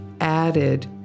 added